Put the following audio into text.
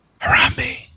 Harambe